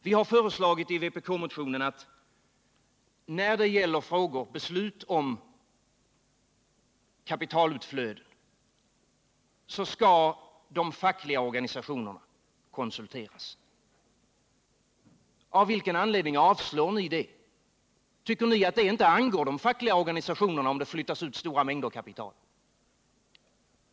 Vi har föreslagit i vpk-motionen att när det gäller beslut om kapitalutflöde skall de fackliga organisationerna konsulteras. Av vilken anledning avstyrker ni det förslaget? Tycker ni att det inte angår de fackliga organisationerna om stora mängder kapital flyttas ut?